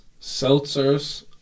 seltzers